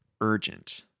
urgent